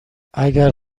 اگه